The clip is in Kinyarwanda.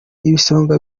ibisonga